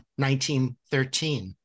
1913